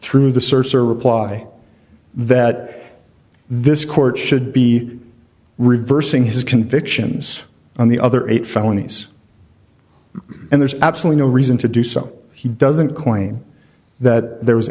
through the service or reply that this court should be reversing his convictions on the other eight felonies and there's absolutely no reason to do so he doesn't claim that there was